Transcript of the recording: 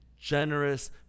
generous